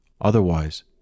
Otherwise